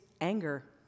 anger